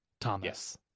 thomas